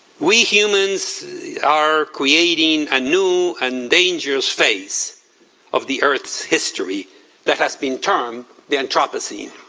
we humans are creating a new and dangerous phase of the earth's history that has been termed the anthropocene.